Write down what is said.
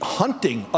hunting